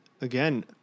again